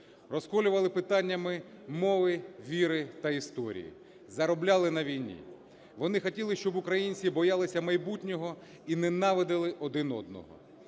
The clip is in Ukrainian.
Розколювали питаннями мови, віри та історії. Заробляли на війні. Вони хотіли, щоб українці боялися майбутнього і ненавиділи один одного.